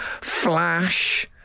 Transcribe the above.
Flash